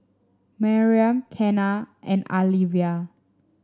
Miriam Kenna and Alyvia